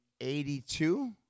eighty-two